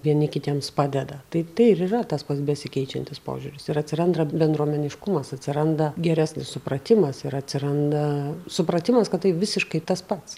vieni kitiems padeda tai tai ir yra tas pats besikeičiantis požiūris ir atsiranda bendruomeniškumas atsiranda geresnis supratimas ir atsiranda supratimas kad tai visiškai tas pats